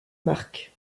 marques